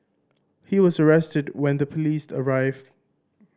he was arrested when the police arrived